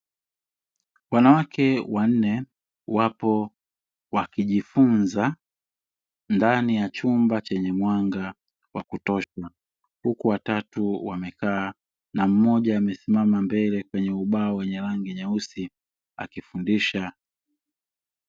Wanawake wanne wapo wakujifunza ndani ya chumba chenye mwanga wa kutosha, huku watatu wamekaa na mmoja amesimama mbele penye ubao wenye rangi nyeusi akifundisha.